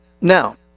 Now